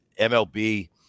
MLB